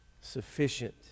sufficient